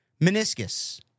meniscus